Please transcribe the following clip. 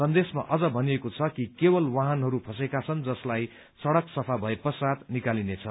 सन्देशमा अझ भनिएको छ कि केवल वाहनहरू फँसेका छन् जसलाई सड़क सफा भए पश्चात निकालिनेछ